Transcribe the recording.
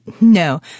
No